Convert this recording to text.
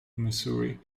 missouri